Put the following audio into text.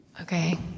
Okay